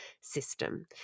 system